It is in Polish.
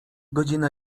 godzina